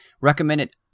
recommended